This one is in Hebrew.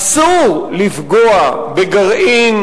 אסור לפגוע בגרעין